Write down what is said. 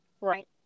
Right